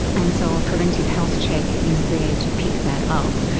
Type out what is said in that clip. and so a preventive health check is there to pick that up.